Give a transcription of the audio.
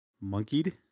Monkeyed